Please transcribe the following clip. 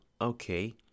okay